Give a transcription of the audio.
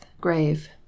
grave